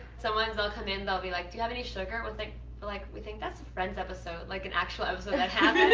someone, they'll come in, they'll be like, do you have any sugar? we're but like, we think that's a friends episode, like an actual episode that happened.